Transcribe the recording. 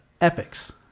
Epics